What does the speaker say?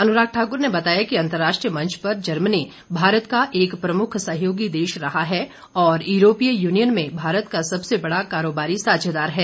अनुराग ठाकुर ने बताया कि अंतर्राष्ट्रीय मंच पर जर्मनी भारत का एक प्रमुख सहयोगी देश रहा है और यूरोपिय यूनियन में भारत का सबसे बड़ा कारोबारी साझेदार है